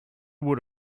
would